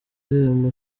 irembo